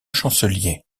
chancelier